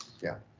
yeah.